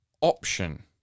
option